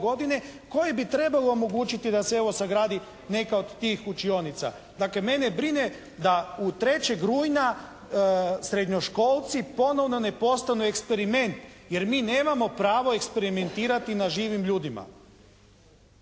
godine koje bi trebalo omogućiti da se evo sagradi neka od tih učionica. Dakle mene brine da 3. rujna srednjoškolci ponovno ne postanu eksperiment, jer mi nemamo pravo eksperimentirati na živim ljudima.